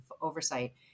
oversight